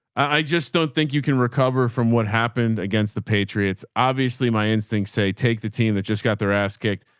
i just don't think you can recover from what happened against the patriots. obviously my instinct say, take the team that just got their ass kicked.